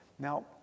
Now